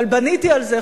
אבל בניתי על זה,